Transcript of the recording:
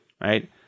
right